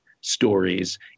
stories